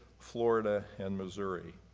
florida, and missouri.